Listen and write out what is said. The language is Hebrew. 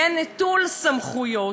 יהיה נטול סמכויות.